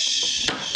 ישראל,